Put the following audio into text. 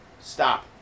stop